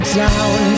down